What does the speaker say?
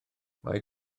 mae